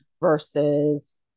versus